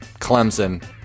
Clemson